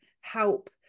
help